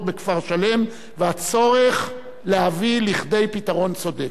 בכפר-שלם והצורך להביא לכדי פתרון צודק.